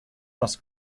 das